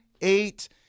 eight